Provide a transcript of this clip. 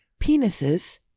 penises